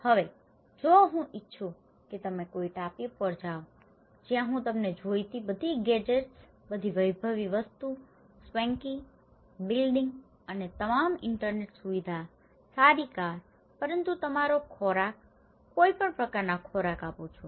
હવે જો હું ઇચ્છું છું કે તમે કોઈ ટાપુ પર જાવ જ્યાં હું તમને જોઈતી બધી ગેજેટ્સ બધી વૈભવી વસ્તુઓ સ્વેન્કી બિલ્ડિંગ અને તમામ ઇન્ટરનેટ સુવિધાઓ સારી કાર પરંતુ તમામ ખોરાક કોઈપણ પ્રકારના ખોરાક આપું છું